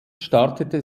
startete